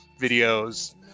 videos